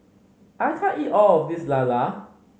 I can't eat all of this lala